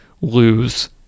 lose